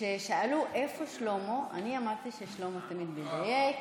כששאלו איפה שלמה, אני אמרתי ששלמה תמיד מדייק